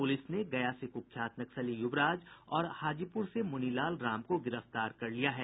police ने गया से कुख्यात नक्सली युवराज और हाजीपुर से मुनीलाल राम को गिरफ्तार कर लिया है